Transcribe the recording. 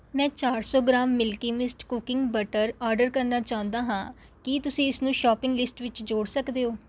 ਮੈਂ ਚਾਰ ਸੌ gram Milky Mist cooking butter order ਕਰਨਾ ਚਾਹੁੰਦਾ ਹਾਂ ਕੀ ਤੁਸੀਂ ਇਸਨੂੰ ਸ਼ਾਪਿੰਗ ਲਿਸਟ ਵਿੱਚ ਜੋੜ ਸਕਦੇ ਹੋ